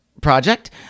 project